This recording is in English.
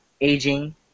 aging